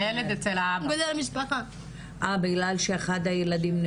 בגלל שהילד אצל האבא.